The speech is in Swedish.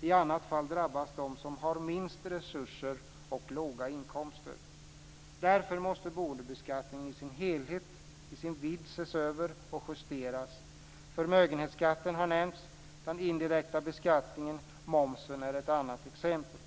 I annat fall drabbas de som har minst resurser och låga inkomster. Därför måste boendebeskattningen i sin hela vidd ses över och justeras. Förmögenhetsskatten har nämnts. Den indirekta beskattningen och momsen är andra exempel.